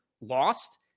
lost